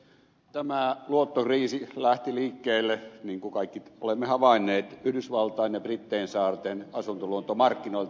tämä luottokriisi lähti liikkeelle niin kuin kaikki olemme havainneet yhdysvaltain ja brittein saarten asuntoluottomarkkinoilta